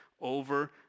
over